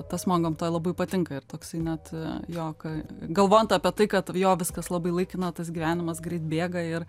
tas man gamtoj labai patinka ir toksai net jo kai galvojant apie tai kad jo viskas labai laikina tas gyvenimas greit bėga ir